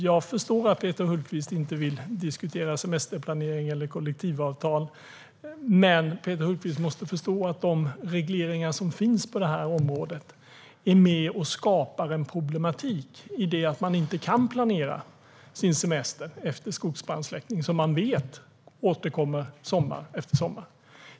Jag förstår att Peter Hultqvist inte vill diskutera semesterplanering eller kollektivavtal, men han måste förstå att de regleringar som finns på det området är med och skapar en problematik eftersom det inte går att planera sin semester efter skogsbrandssläckning, som man vet återkommer sommar efter sommar.